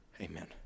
Amen